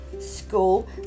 school